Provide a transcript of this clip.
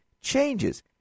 changes